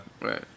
Right